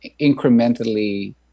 incrementally